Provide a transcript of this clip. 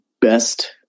best